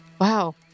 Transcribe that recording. Wow